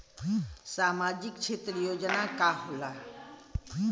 सामाजिक क्षेत्र योजना का होला?